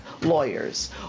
Lawyers